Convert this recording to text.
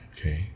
Okay